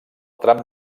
tram